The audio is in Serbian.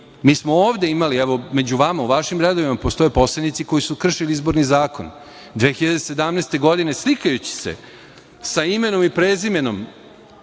Mi smo ovde imali, među vama u vašim redovima postoje poslanici koji su kršili izborni zakon. Godine 2017. godine slikajući se sa imenom i prezimenom